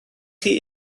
chi